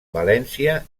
valència